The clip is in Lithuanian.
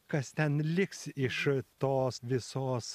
kas ten liks iš tos visos